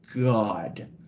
God